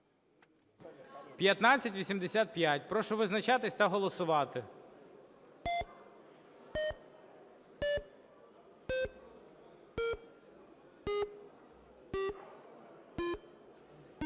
1591. Прошу визначатися та голосувати.